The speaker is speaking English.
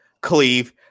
Cleve